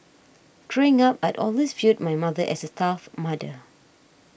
drink up I'd always viewed my mother as a tough mother